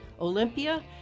Olympia